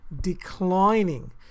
declining